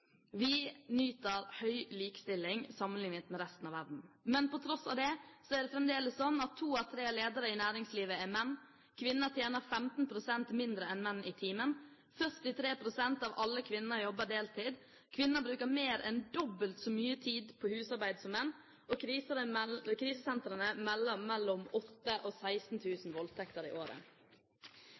Vi nyter høy likestilling sammenlignet med resten av verden. Men på tross av det er det fremdeles slik at to av tre ledere i næringslivet er menn, kvinner tjener 15 pst. mindre enn menn i timen, 43 pst. av alle kvinner jobber deltid, kvinner bruker mer enn dobbelt så mye tid på husarbeid som menn, og krisesentrene melder om mellom 8 000 og 16 000 voldtekter i året.